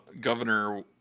governor